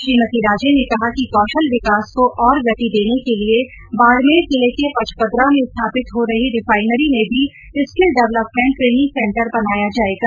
श्रीमती राजे ने कहा कि कौशल विकास को और गति देने के लिये बाडमेर जिले के पचपदरा में स्थापित हो रही रिफाइनरी में भी स्कील डवलपमेंट ट्रेनिंग सेंटर बनाया जायेगा